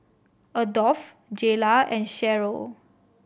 Adolf Jaylah and Sharyl